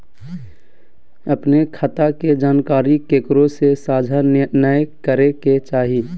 अपने खता के जानकारी केकरो से साझा नयय करे के चाही